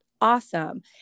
Awesome